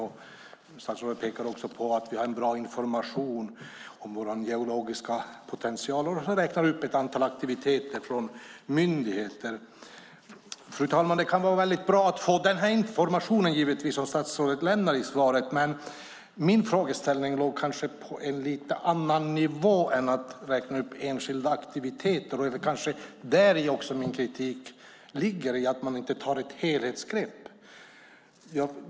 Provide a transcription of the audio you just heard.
Hon pekar också på att vi har bra information om vår geologiska potential och räknar upp ett antal aktiviteter från myndigheter. Fru talman! Det kan givetvis vara bra att få den information som statsrådet lämnar i svaret. Men min frågeställning låg på en lite annan nivå än att räkna upp enskilda aktiviteter. Det är också däri min kritik ligger; man tar inget helhetsgrepp.